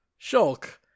Shulk